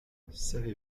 savez